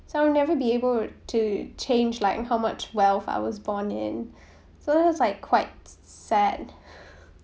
so I'll never be able to change like how much wealth I was born in so it was like quite sad